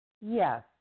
Yes